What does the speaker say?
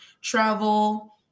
travel